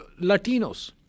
Latinos